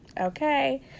Okay